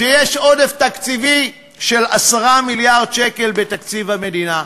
שיש עודף תקציבי של 10 מיליארד שקל בתקציב המדינה.